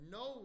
no